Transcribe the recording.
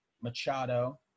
Machado